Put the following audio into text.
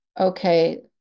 Okay